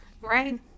Right